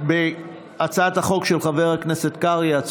הצעת החוק של חבר הכנסת קרעי.